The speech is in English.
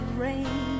rain